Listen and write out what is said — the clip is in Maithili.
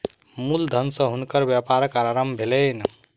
मूल धन सॅ हुनकर व्यापारक आरम्भ भेलैन